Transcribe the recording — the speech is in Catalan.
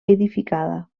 edificada